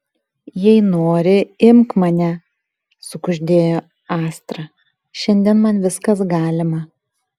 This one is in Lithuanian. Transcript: jei nori imk mane sukuždėjo astra šiandien man viskas galima